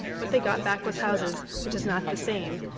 what they got back was houses, which is not the same.